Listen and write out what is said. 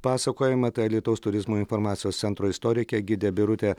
pasakojimą tai alytaus turizmo informacijos centro istorikė gidė birutė